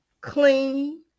clean